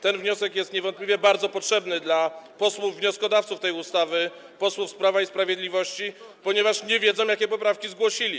Ten wniosek jest niewątpliwie bardzo potrzebny posłom wnioskodawcom tej ustawy, posłom z Prawa i Sprawiedliwości, ponieważ nie wiedzą, jakie poprawki zgłosili.